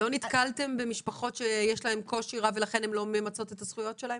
לא נתקלתם במשפחות שיש להם קושי רב ולכן הן לא ממצות את הזכויות שלהן?